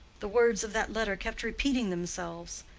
the words of that letter kept repeating themselves,